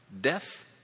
death